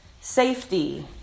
Safety